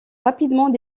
rapidement